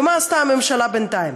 ומה עשתה הממשלה בינתיים?